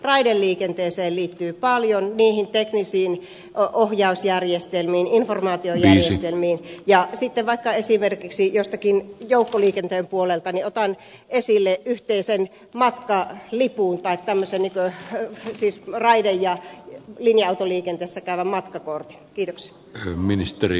raideliikenteeseen liittyy paljon niihin teknisiin ohjausjärjestelmiin informaatiojärjestelmiin ja sitten vaikka esimerkiksi jostakin joukkoliikenteen puolelta otan esille yhteisen matkalipun siis raide ja linja autoliikenteessä käyvän matkakortin